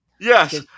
Yes